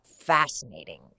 fascinating